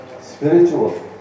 Spiritual